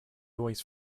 always